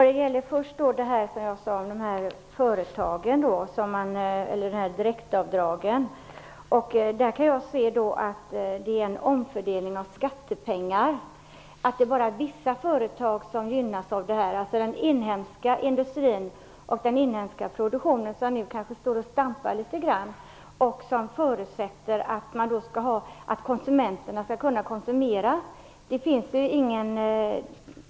Fru talman! Jag kan se att direktavdragen innebär en omfördelning av skattepengar. Det är bara vissa företag som gynnas. Den inhemska industrin och den inhemska produktionen står nu kanske och stampar. Man förutsätter att konsumenterna skall kunna konsumera.